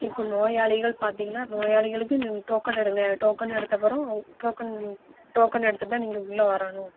இப்போ நோயாளிகள் பார்த்தீங்கன்னா நோயாளிகளுக்கு நாங்கள் டோக்கன் எடுங்க டோக்கன் எடுத்த அப்புறம் அவு டோக்கன் டோக்கன் எடுத்துகிட்டு தான் நீங்கள் உள்ளே வரணும்